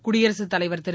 குடியரசுத் தலைவர் திரு